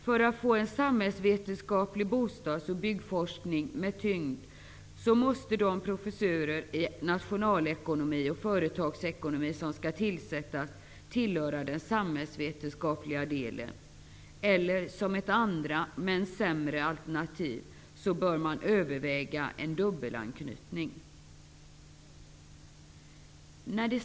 För att man skall få en samhällsvetenskaplig bostads och byggforskning med tyngd måste de professurer i nationalekonomi och företagsekonomi som skall tillsättas tillfalla den samhällsvetenskapliga delen, eller som ett andra men sämre alternativ bör en dubbelanknytning övervägas.